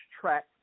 track